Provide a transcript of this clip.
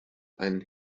einen